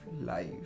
life